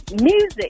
Music